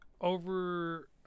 over